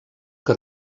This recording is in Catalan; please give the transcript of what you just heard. que